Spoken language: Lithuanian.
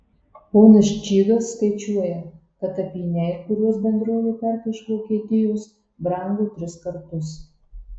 ponas čygas skaičiuoja kad apyniai kuriuos bendrovė perka iš vokietijos brango tris kartus